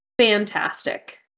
fantastic